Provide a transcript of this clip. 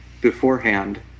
beforehand